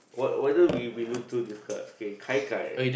why why don't we we look through these cards okay gai-gai